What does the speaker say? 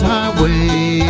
Highway